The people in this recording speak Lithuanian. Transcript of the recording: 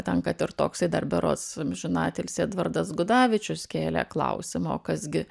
ten kad ir toksai dar berods amžinatilsį edvardas gudavičius kelė klausimą o kas gi